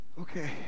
okay